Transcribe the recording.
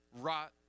rot